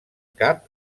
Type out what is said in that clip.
cap